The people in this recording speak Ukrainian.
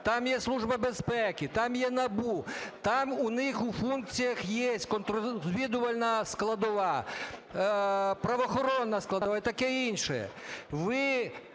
там є Служба безпеки, там є НАБУ, там у них у функціях є контррозвідувальна складова, правоохоронна складова і таке інше.